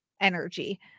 energy